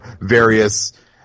various